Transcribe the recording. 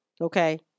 Okay